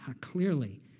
Clearly